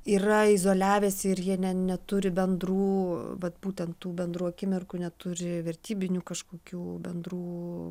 yra izoliavęsi ir jie ne neturi bendrų vat būtent tų bendrų akimirkų neturi vertybinių kažkokių bendrų